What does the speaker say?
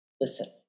Listen